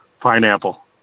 Pineapple